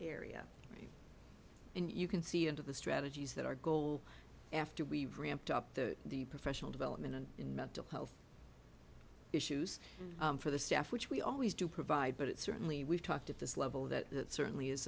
area and you can see into the strategies that our goal after we've ramped up to the professional development and in mental health issues for the staff which we always do provide but it certainly we've talked at this level that certainly is